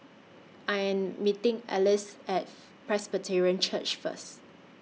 I Am meeting Alyce At Presbyterian Church First